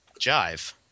Jive